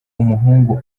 umuhungu